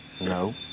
No